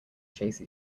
chase